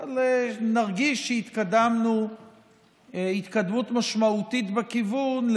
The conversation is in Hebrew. אבל נרגיש שהתקדמנו התקדמות משמעותית בכיוון,